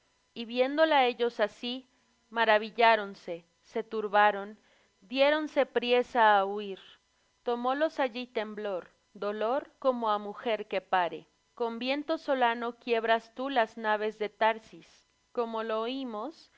y viéndola ellos así maravilláronse se turbaron diéronse priesa á huir tomólos allí temblor dolor como á mujer que pare con viento solano quiebras tú las naves de tharsis como lo